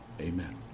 amen